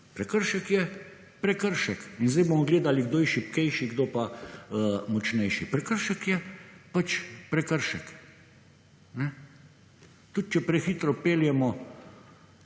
Prekršek je prekršek. In sedaj bomo gledali kdo je šibkejši, kdo pa močnejši. Prekršek je pač prekršek. Tudi če prehitro peljemo